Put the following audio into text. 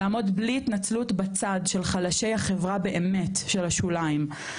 לעמוד בלי התנצלות בצד של חלשי החברה באמת של השוליים,